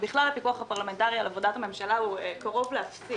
ובכלל הפיקוח הפרלמנטרי על עבודת הממשלה הוא קרוב לאפסי.